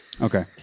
okay